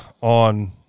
on